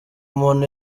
muntu